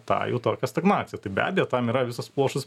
tą jų tokią stagnaciją tai be abejo tam yra visas pluoštas